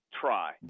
try